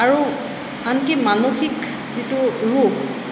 আৰু আনকি মানসিক যিটো ৰোগ